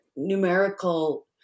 numerical